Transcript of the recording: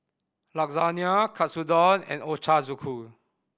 Lasagne Katsudon and Ochazuke